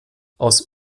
aus